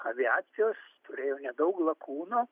aviacijos turėjo nedaug lakūnų